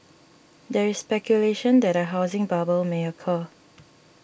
there is speculation that a housing bubble may occur